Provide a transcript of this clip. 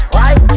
right